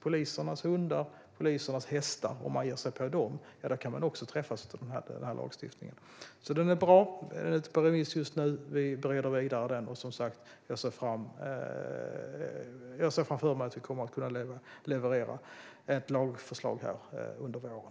Om man ger sig på polisernas hundar eller hästar kan man också träffas av den här lagstiftningen. Den är bra. Den är ute på remiss just nu, och vi bereder den vidare. Jag ser framför mig att vi kommer att kunna leverera ett lagförslag under våren.